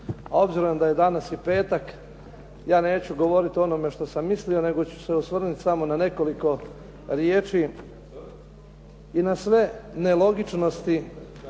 obzirom da je danas i petak ja ne ću govoriti o onome što sam mislio nego ću se osvrnuti samo na nekoliko riječi i na sve nelogičnosti